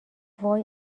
وای